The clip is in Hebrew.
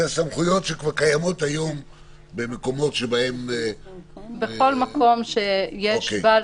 זאת סמכות שכבר קיימת היום במקומות --- בכל מקום שיש בו בעל